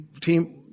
team –